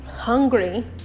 hungry